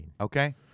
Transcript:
Okay